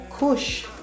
Kush